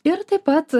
ir taip pat